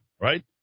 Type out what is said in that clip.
right